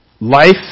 Life